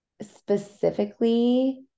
specifically